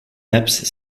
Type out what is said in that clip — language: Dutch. maps